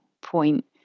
point